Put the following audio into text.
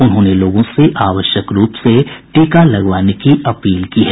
उन्होंने लोगों से आवश्यक रूप से टीका लगवाने अपील की है